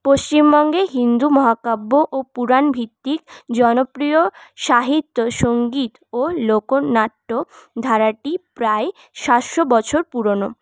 পশ্চিমবঙ্গে হিন্দু মহাকাব্য ও পুরাণভিত্তিক জনপ্রিয় সাহিত্য সংগীত ও লোকনাট্য ধারাটি প্রায় সাতশো বছর পুরোনো